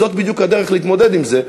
זאת בדיוק הדרך להתמודד עם זה,